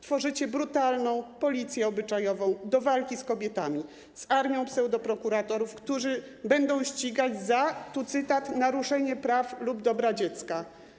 Tworzycie brutalną policję obyczajową do walki z kobietami - z armią pseudoprokuratorów, którzy będą ścigać za, tu cytat, naruszenie praw lub dobra dziecka.